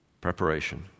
preparation